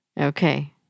Okay